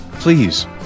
Please